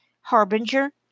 Harbinger